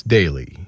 Daily